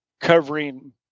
covering